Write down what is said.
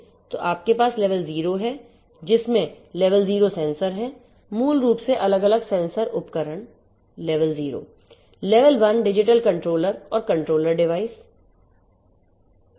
तो आपके पास लेवल 0 है जिसमें लेवल 0 सेंसर हैं मूल रूप से अलग अलग सेंसर उपकरण लेवल 0 लेवल 1 डिजिटल कंट्रोलर और कंट्रोलर डिवाइस और